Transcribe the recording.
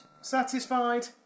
Satisfied